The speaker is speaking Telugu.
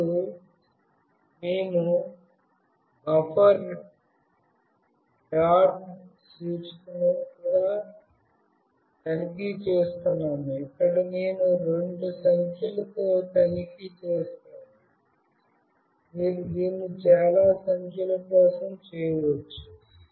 మరియు మేము బఫర్ డాట్ సూచికను కూడా తనిఖీ చేస్తున్నాము ఇక్కడ నేను ఈ రెండు సంఖ్యలతో తనిఖీ చేసాను మీరు దీన్ని చాలా సంఖ్యల కోసం చేయవచ్చు